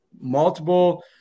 multiple